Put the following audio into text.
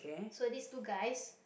so these two guys